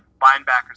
linebackers